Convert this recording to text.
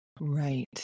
Right